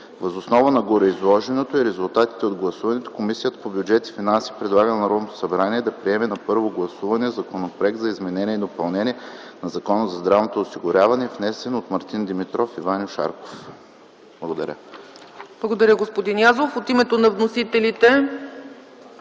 Въз основа на гореизложеното и резултатите от гласуването, Комисията по бюджет и финанси предлага на Народното събрание да приеме на първо гласуване Законопроект за изменение и допълнение на Закона за здравното осигуряване, внесен от Мартин Димитров и Ваньо Шарков.” Благодаря. ПРЕДСЕДАТЕЛ ЦЕЦКА ЦАЧЕВА: Благодаря, господин Язов. От името на вносителите?